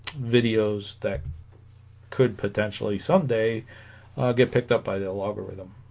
videos that could potentially someday get picked up by the logarithm